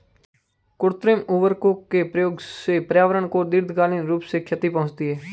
कृत्रिम उर्वरकों के प्रयोग से पर्यावरण को दीर्घकालिक रूप से क्षति पहुंचती है